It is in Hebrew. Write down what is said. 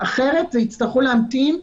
אחרת יצטרכו להמתין.